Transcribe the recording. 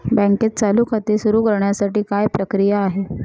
बँकेत चालू खाते सुरु करण्यासाठी काय प्रक्रिया आहे?